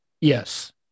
Yes